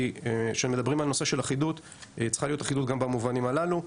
כי כשמדברים על נושא של אחידות צריכה להיות אחידות גם במובנים הללו.